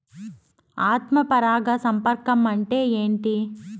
ఆత్మ పరాగ సంపర్కం అంటే ఏంటి?